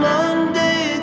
Monday